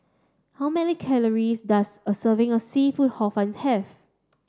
how many calories does a serving of seafood Hor Fun have